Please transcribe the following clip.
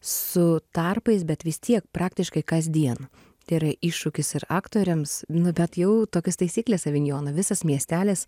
su tarpais bet vis tiek praktiškai kasdien tai yra iššūkis ir aktoriams nu bet jau tokios taisyklės avinjono visas miestelis